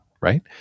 right